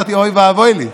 אמרתי: אוי ואבוי לי,